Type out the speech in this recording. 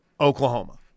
Oklahoma